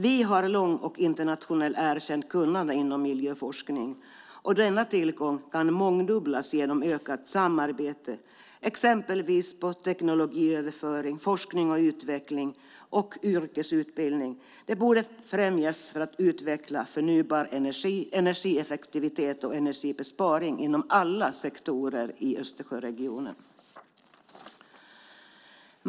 Vi har långt och internationellt erkänt kunnande inom miljöforskning, och denna tillgång kan mångdubblas genom ökat samarbete, exempelvis teknologiöverföring, forskning och utveckling samt yrkesutbildning - det borde främjas för att utveckla förnybar energi, energieffektivitet och energibesparing inom alla sektorer i Östersjöregionen.